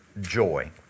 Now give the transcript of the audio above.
joy